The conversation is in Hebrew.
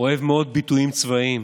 אוהב מאוד ביטויים צבאיים: